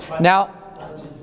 Now